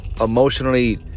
emotionally